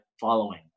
following